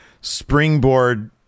springboard